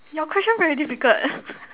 your question very difficult